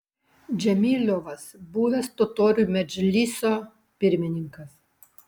džemiliovas buvęs totorių medžliso pirmininkas